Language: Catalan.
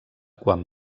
quan